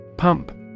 Pump